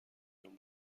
میان